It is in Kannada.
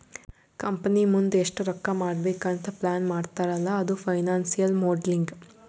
ಕಂಪನಿ ಮುಂದ್ ಎಷ್ಟ ರೊಕ್ಕಾ ಮಾಡ್ಬೇಕ್ ಅಂತ್ ಪ್ಲಾನ್ ಮಾಡ್ತಾರ್ ಅಲ್ಲಾ ಅದು ಫೈನಾನ್ಸಿಯಲ್ ಮೋಡಲಿಂಗ್